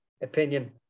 opinion